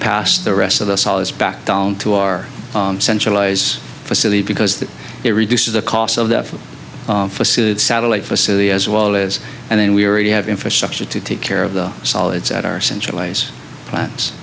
pass the rest of us all this back down to our centralize facility because it reduces the cost of the satellite facility as well as and then we already have infrastructure to take care of the solids at our centralize plants